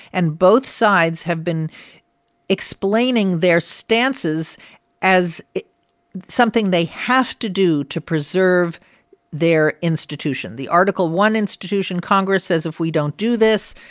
and both sides have been explaining their stances as something they have to do to preserve their institution. the article i institution, congress, says if we don't do this,